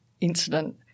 incident